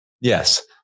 Yes